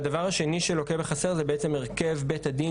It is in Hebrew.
והדבר השני שלוקה בחסר זה בעצם הרכב בית הדין